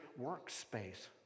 workspace